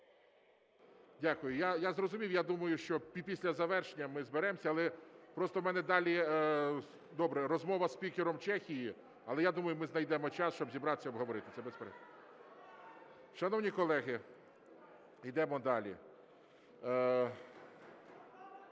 Дякую. Я зрозумів. Я думаю, що після завершення ми зберемося, але просто в мене далі, добре, розмова зі спікером Чехії, але я думаю, ми знайдемо час, щоб зібратися і обговорити. Шановні колеги, йдемо далі.